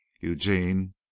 eugene